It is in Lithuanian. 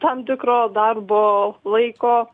tam tikro darbo laiko